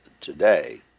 today